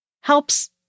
helps